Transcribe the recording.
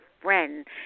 friend